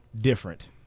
different